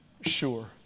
sure